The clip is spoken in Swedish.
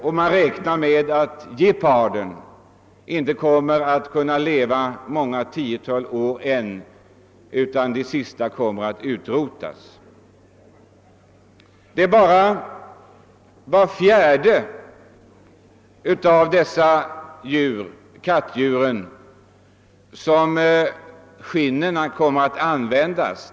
Man räknar därför med att geparden inte kommer att finnas så många tiotal år ytterligare. Den kommer att utrotas. Det är också bara vart fjärde kattdjur vars päls kommer till användning.